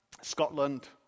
Scotland